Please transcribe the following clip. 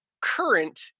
current